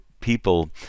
people